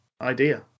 idea